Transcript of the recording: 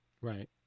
Right